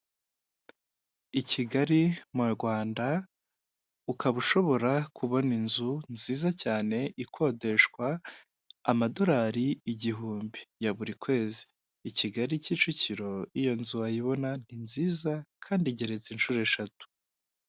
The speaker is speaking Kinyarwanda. I Kigali mu Rwanda ukaba ushobora kubona inzu nziza cyane ikodeshwa amadolari igihumbi ya buri kwezi, i Kigali Kicukiro iyo nzu wayibona ni nziza kandi igereretse inshuro eshatu.